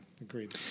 Agreed